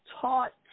taught